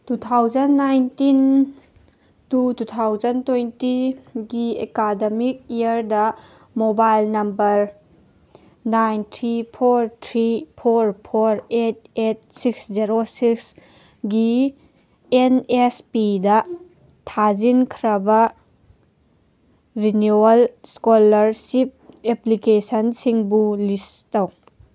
two thousand nineteen to two thousand ꯇ꯭ꯋꯦꯟꯇꯤꯒꯤ academic ꯏꯌꯔꯗ mobile number nine three four three four four eight eight six zero ꯁꯤꯛꯁꯀꯤ N S ꯄꯤꯗ ꯊꯥꯖꯤꯟꯈ꯭ꯔꯕ renewal scholarship ꯑꯦꯄ꯭ꯂꯤꯀꯦꯁꯟꯁꯤꯡꯕꯨ ꯂꯤꯁ ꯇꯧ